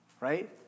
Right